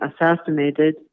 assassinated